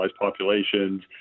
populations